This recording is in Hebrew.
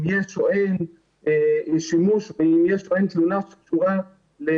אם יש או אין שימוש ואם יש או אין תלונה סדורה לצילום.